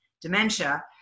dementia